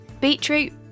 Beetroot